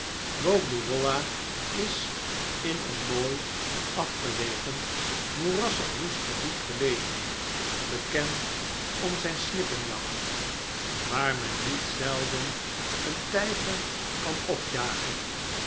boggley wollah is in een mooi afgelegen moerassig woest gebied gelegen bekend om zijn snippenjacht waar men niet zelden een tijger kan opjagen